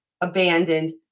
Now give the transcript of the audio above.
abandoned